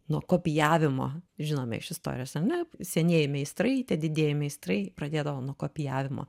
nuo kopijavimo žinome iš istorijos ane senieji meistrai tie didieji meistrai pradėdavo nuo kopijavimo